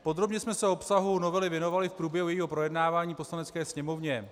Podrobně jsme se obsahu novely věnovali v průběhu jejího projednávání v Poslanecké sněmovně.